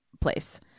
place